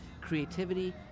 creativity